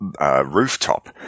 Rooftop